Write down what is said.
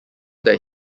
that